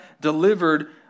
delivered